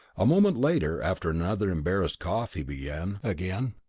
a moment later, after another embarrassed cough, he began again.